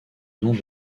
nom